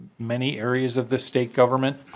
many areas of the state government?